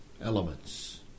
elements